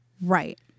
Right